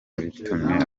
bitumye